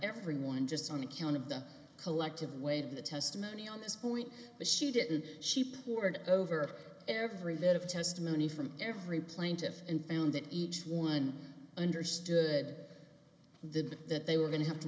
everyone just on account of the collective weight of the testimony on this point but she did and she poured over every bit of testimony from every plaintiff and found that each one understood the that they were going to have to